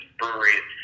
breweries